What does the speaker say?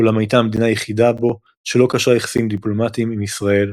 אולם הייתה המדינה היחידה בו שלא קשרה יחסים דיפלומטיים עם ישראל,